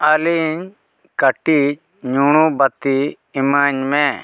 ᱚᱞᱤ ᱤᱧ ᱠᱟᱹᱴᱤᱡ ᱧᱩᱬᱩ ᱵᱟᱛᱤ ᱤᱢᱟᱹᱧ ᱢᱮ